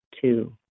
two